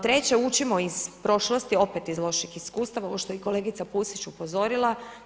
Treće učimo iz prošlosti, opet iz loših iskustava ovo što je i kolegica Pusić upozorila.